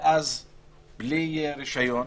בלי רישיון,